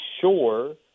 sure